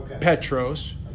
Petros